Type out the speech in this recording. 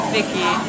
Vicky